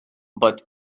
but